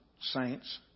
saints